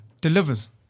delivers